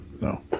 No